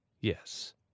Yes